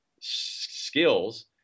skills